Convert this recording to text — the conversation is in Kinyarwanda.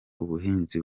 ubuhinzi